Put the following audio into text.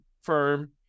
firm